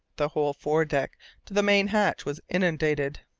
the whole foredeck to the main hatch was inundated.